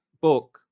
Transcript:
book